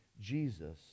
Jesus